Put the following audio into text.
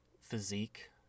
physique